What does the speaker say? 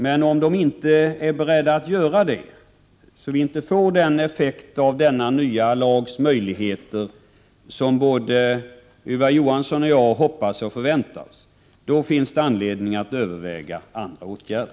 Men om kommunerna inte är beredda att göra detta, så att vi inte får den effekt som den nya lagen möjliggör och som både Ylva Johansson och jag hoppas på och förväntar oss, finns det anledning att överväga andra åtgärder.